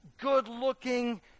good-looking